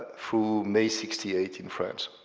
through may sixty eight in france.